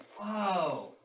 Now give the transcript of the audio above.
Wow